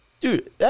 Dude